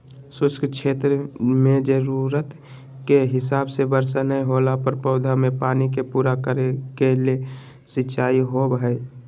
शुष्क क्षेत्र मेंजरूरत के हिसाब से वर्षा नय होला पर पौधा मे पानी के पूरा करे के ले सिंचाई होव हई